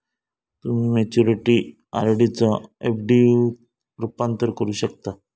तुम्ही मॅच्युरिटीवर आर.डी चा एफ.डी त रूपांतर करू शकता